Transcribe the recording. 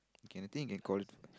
can I think you call it